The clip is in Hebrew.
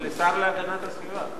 ולשר להגנת הסביבה.